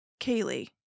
Kaylee